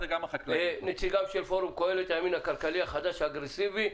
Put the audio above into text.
נציג פורום קהלת, הימין הכלכלי החדש האגרסיבי.